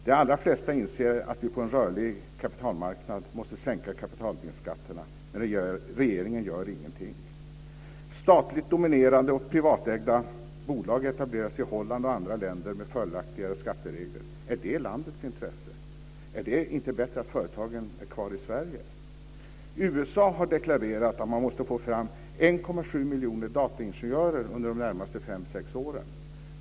De allra flesta inser att vi på en rörlig kapitalmarknad måste sänka kapitalvinstskatterna, men regeringen gör ingenting. Statligt dominerade och privatägda bolag etableras i Holland och andra länder med fördelaktigare skatteregler. Är det i landets intresse? Är det inte bättre att företagen är kvar i Sverige? USA har deklarerat att man måste få fram 1,7 miljoner dataingenjörer under de närmaste fem sex åren.